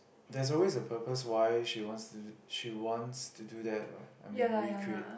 there's always a purpose why she wants to she wants to do that what I mean to recreate